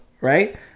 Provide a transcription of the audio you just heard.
right